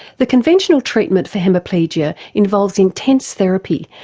the conventional treatment for hemiplegia involves intense therapy,